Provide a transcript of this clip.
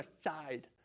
aside